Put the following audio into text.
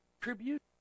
tribute